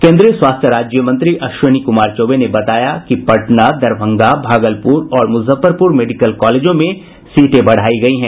केन्द्रीय स्वास्थ्य राज्य मंत्री अश्विनी कुमार चौबे ने बताया कि पटना दरभंगा भागलपुर और मुजफ्फरपुर मेडिकल कॉलेजों में सीटें बढ़ायी गयी हैं